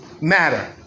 matter